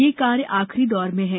यह कार्य आखिरी दौर में है